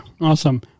Awesome